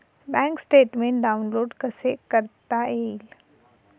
Bank statement download कसे करता येईल?